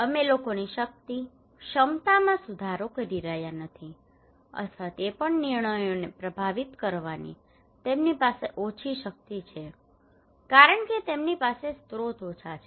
અમે લોકોની શક્તિ ક્ષમતામાં સુધારો કરી શક્યા નથી અથવા તે પણ નિર્ણયોને પ્રભાવિત કરવાની તેમની પાસે ઓછી શક્તિ છે કારણ કે તેમની પાસે સ્રોત ઓછા છે